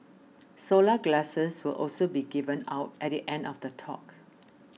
solar glasses will also be given out at the end of the talk